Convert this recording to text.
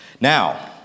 Now